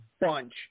bunch